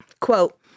quote